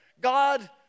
God